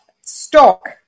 stock